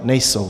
Nejsou.